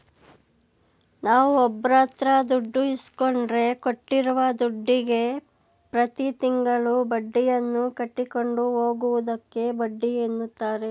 ನಾವುಒಬ್ಬರಹತ್ರದುಡ್ಡು ಇಸ್ಕೊಂಡ್ರೆ ಕೊಟ್ಟಿರೂದುಡ್ಡುಗೆ ಪ್ರತಿತಿಂಗಳು ಬಡ್ಡಿಯನ್ನುಕಟ್ಟಿಕೊಂಡು ಹೋಗುವುದಕ್ಕೆ ಬಡ್ಡಿಎನ್ನುತಾರೆ